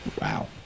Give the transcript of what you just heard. Wow